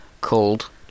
Called